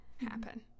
happen